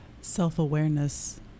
self-awareness